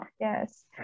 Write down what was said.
Yes